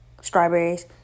strawberries